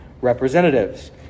representatives